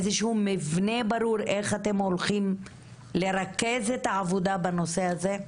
איזשהו מבנה ברור איך אתם הולכים לרכז את העבודה בנושא הזה?